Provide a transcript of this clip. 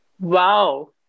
Wow